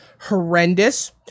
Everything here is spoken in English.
horrendous